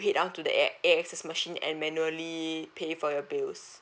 head down to the A~ A_X_S machine and manually pay for your bills